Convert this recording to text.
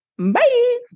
Bye